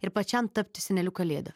ir pačiam tapti seneliu kalėda